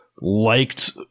liked